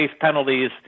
penalties